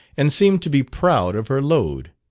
and seemed to be proud of her load.